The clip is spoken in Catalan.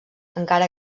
encara